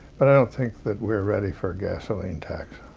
but i don't think that we're ready for a gasoline tax.